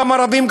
גם ערבים,